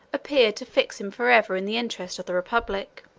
appeared to fix him forever in the interest of the republic.